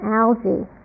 algae